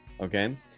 Okay